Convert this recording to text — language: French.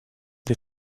des